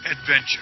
Adventure